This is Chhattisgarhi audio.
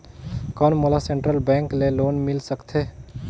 कौन मोला सेंट्रल बैंक ले लोन मिल सकथे?